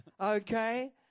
okay